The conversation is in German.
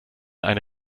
eine